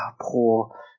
poor